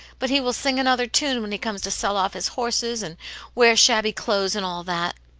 but he will sing another tune when he comes to sell off his horses, and wear shabby clothes, and all that.